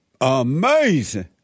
Amazing